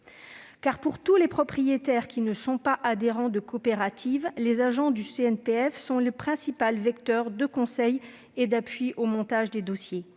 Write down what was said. Pour tous les propriétaires qui ne sont pas adhérents de coopératives, les agents du CNPF sont en effet le principal vecteur de conseils et d'appui au montage des dossiers.